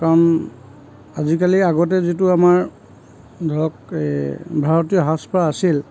কাৰণ আজিকালি আগতে যিটো আমাৰ ধৰক ভাৰতীয় সাজপাৰ আছিল